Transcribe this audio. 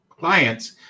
clients